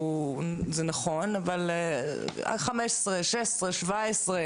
כי מדובר פה לא על חקיקה מסובכת מדי,